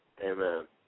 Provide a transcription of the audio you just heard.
amen